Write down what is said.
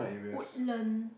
Woodland